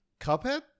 Cuphead